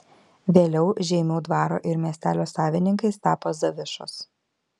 vėliau žeimių dvaro ir miestelio savininkais tapo zavišos